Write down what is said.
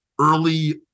early